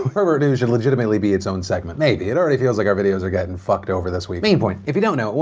pervert news should legitimately be it's own segment. maybe, it already feels like our videos are gettin' fucked over this week. main point, if you don't know,